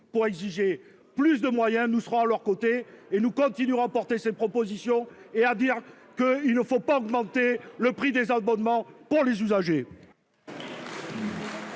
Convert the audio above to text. pour exiger plus de moyens, nous serons à leur côté et nous continuerons à porter ses propositions et à dire que il ne faut pas augmenter le prix des abonnements pour les usagers.